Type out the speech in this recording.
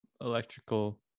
electrical